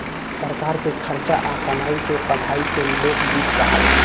सरकार के खर्चा आ कमाई के पढ़ाई के लोक वित्त कहाला